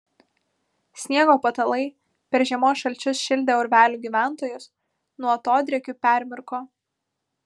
sniego patalai per žiemos šalčius šildę urvelių gyventojus nuo atodrėkių permirko